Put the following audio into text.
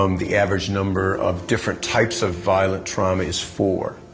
um the average number of different types of violent trauma is four.